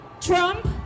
Trump